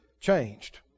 changed